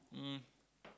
um